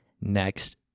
next